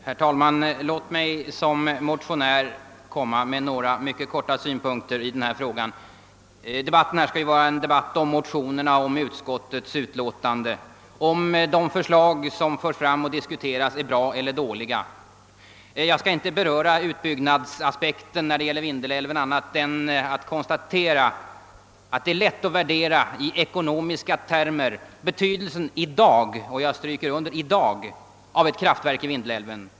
Herr talman! Låt mig som motionär mycket kort anföra några synpunkter 1 denna fråga! Den debatt vi nu för skall ju gälla motionerna och utskottets utlåtande samt frågan, om de förslag som förs fram och diskuteras är bra eller dåliga. Jag skall inte beröra utbyggnadsaspekten när det gäller Vindelälven i annan mån än att jag konstaterar att det är lätt att i ekonomiska termer i dag — jag stryker under ordet i dag -— värdera betydelsen av ett kraftverk i Vindelälven.